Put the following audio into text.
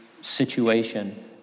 situation